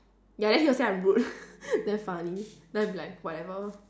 ya then he will say I'm rude damn funny then I'll be like whatever